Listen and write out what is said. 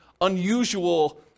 unusual